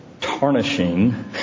tarnishing